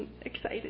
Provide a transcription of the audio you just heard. excited